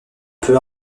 peut